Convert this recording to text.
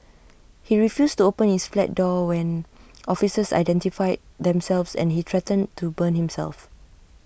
he refused to open his flat door when officers identified themselves and he threatened to burn himself